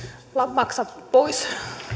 maksa